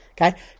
Okay